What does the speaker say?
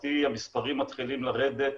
לשמחתי המספרים מתחילים לרדת